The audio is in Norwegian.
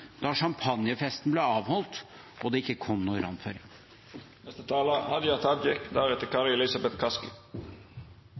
da champagnefesten ble avholdt og det ikke